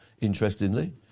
interestingly